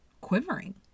quivering